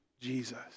Jesus